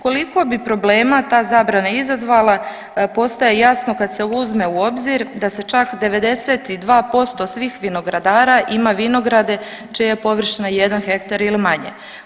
Koliko bi problema ta zabrana izazvala postaje jasno kad se uzme u obzir da se čak 92% svih vinogradara ima vinograde čija je površina jedan hektar ili manje.